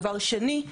דבר שני,